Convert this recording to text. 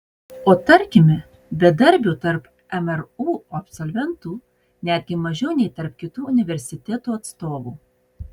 o tarkime bedarbių tarp mru absolventų netgi mažiau nei tarp kitų universitetų atstovų